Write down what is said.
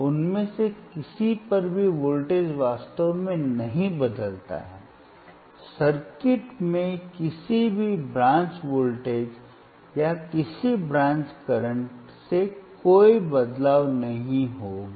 उनमें से किसी पर भी वोल्टेज वास्तव में नहीं बदलता है सर्किट में किसी भी ब्रांच वोल्टेज या किसी ब्रांच करंट से कोई बदलाव नहीं होगा